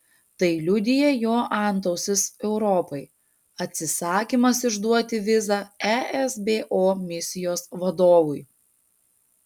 tai liudija jo antausis europai atsisakymas išduoti vizą esbo misijos vadovui